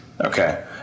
Okay